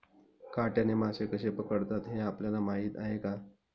काट्याने मासे कसे पकडतात हे आपल्याला माहीत आहे का?